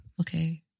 Okay